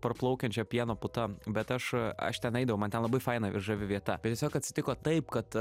parplaukiančia pieno puta bet aš aš ten eidavau man ten labai faina ir žavi vieta bet tiesiog atsitiko taip kad